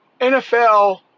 NFL